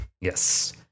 Yes